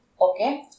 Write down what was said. Okay